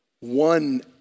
One